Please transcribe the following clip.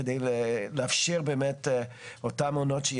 על מנת לאפשר באמת את אותן עונות.